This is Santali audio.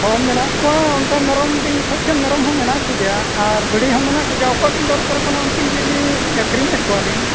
ᱦᱮᱸ ᱢᱮᱱᱟᱜ ᱠᱚᱣᱟ ᱚᱱᱠᱟ ᱢᱮᱨᱚᱢᱵᱤᱱ ᱠᱷᱚᱡᱽ ᱠᱷᱟᱱ ᱢᱮᱨᱚᱢᱦᱚᱸ ᱢᱮᱱᱟᱜᱠᱚ ᱜᱮᱭᱟ ᱟᱨ ᱵᱷᱤᱰᱤᱦᱚᱸ ᱢᱮᱱᱟᱜᱠᱚ ᱜᱮᱭᱟ ᱚᱠᱚᱭᱵᱤᱱ ᱫᱚᱨᱠᱟᱨᱚᱜ ᱠᱟᱱᱟ ᱩᱱᱠᱤᱱᱜᱮᱞᱤᱧ ᱟᱹᱠᱷᱨᱤᱧᱮᱫ ᱠᱚᱣᱟᱞᱤᱧ